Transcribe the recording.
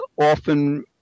often